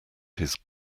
his